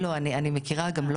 אני מכירה גם,